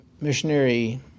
missionary